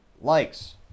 likes